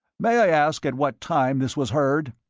may i ask at what time this was heard?